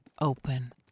Open